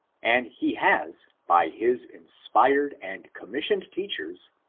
and he has, by his inspired and commissioned teachers,